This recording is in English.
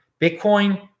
Bitcoin